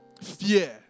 Fear